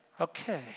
Okay